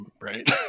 Right